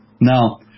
Now